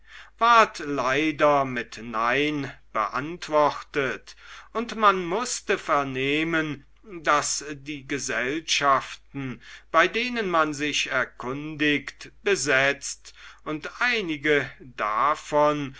ward leider mit nein beantwortet und man mußte vernehmen daß die gesellschaften bei denen man sich erkundigt besetzt und einige davon